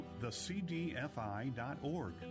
thecdfi.org